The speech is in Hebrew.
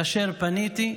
כאשר פניתי,